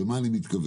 ולמה אני מתכוון?